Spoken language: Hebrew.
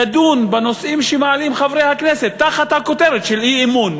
ידון בנושאים שמעלים חברי הכנסת תחת הכותרת של אי-אמון.